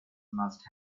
must